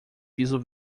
piso